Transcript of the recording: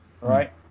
right